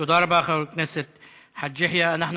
תודה רבה, חבר הכנסת חאג' יחיא.